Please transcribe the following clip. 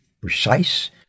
precise